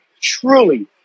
truly